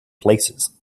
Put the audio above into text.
places